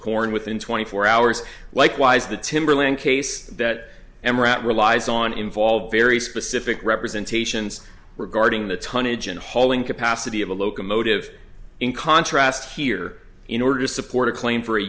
corn within twenty four hours likewise the timber land case that emirate relies on involved very specific representations regarding the tonnage and hauling capacity of a locomotive in contrast here in order to support a claim for a